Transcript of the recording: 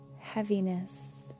heaviness